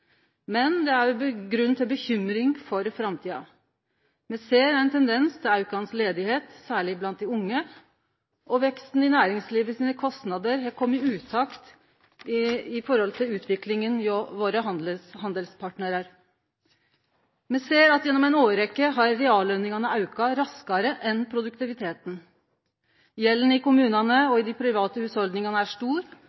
men det er også grunn til bekymring for framtida. Me ser ein tendens til aukande arbeidsløyse, særleg blant dei unge, og veksten i næringslivet sine kostnader har komme i utakt med utviklinga hjå våre handelspartnarar. Me ser at gjennom ei årrekkje har reallønningane auka raskare enn produktiviteten. Gjelda i kommunane